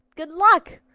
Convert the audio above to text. good luck.